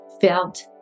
felt